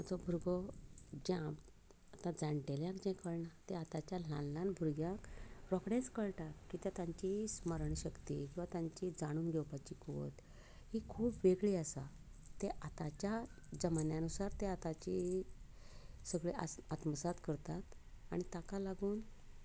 ताचो भुरगो जें आतां जाण्टेल्यांक जें कळना तें आतांच्या ल्हान ल्हान भुरग्यांक रोखडेंच कळटा की तांची स्मरण शक्ती किंवां तांची जाणून घेवपाची कुवत ही खूब वेगळी आसा ते आतांच्या जमान्यानुसार ते आतांची सगळें आत्म आत्मसात करतात आनी ताका लागून